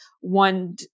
one